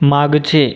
मागचे